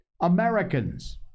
Americans